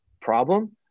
problem